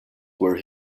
were